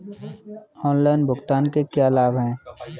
Online भुगतान के क्या लाभ हैं?